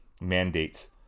mandates